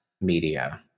media